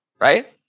Right